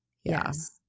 yes